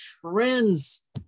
trends